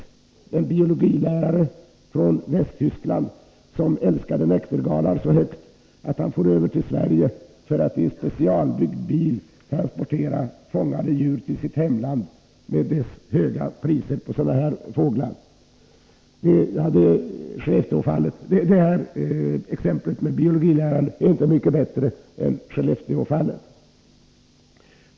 Exemplet med biologiläraren från Västtyskland, som älskade näktergalar så högt att han for över till Sverige för att i specialbyggd bil transportera fångsten till sitt hemland med dess höga priser på sådana fåglar är inte mycket bättre än Skellefteåfallet.